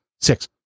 six